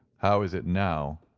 how is it now?